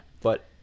But-